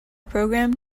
program